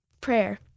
Prayer